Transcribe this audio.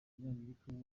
umunyamerikakazi